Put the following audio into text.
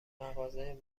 مغازه